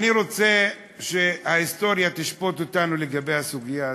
אני רוצה שההיסטוריה תשפוט אותנו בסוגיה הזאת,